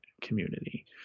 community